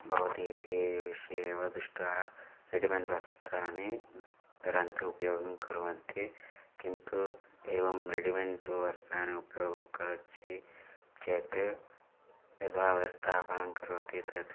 भवति इति विषये वा दृष्ट्वा रेडिमेण्ट् वस्त्राणि धरन्तु उपयोगं कुर्वन्ति किन्तु एवं रेडिमेण्ट् वस्त्राणि उपयोगं करोति चेत् यद्वा व्यवस्थापनं करोति तत्